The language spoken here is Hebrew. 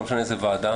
לא משנה איזה ועדה,